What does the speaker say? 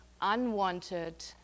unwanted